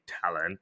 talent